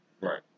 Right